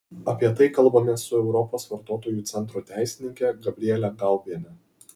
apie tai kalbamės su europos vartotojų centro teisininke gabriele gaubiene